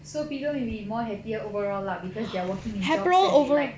so people will be more happier overall lah because they are working in jobs that they like